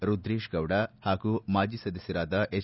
ರುದ್ರೇಶ್ಗೌಡ ಹಾಗೂ ಮಾಜಿ ಸದಸ್ಯರಾದ ಎಚ್